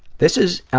this is,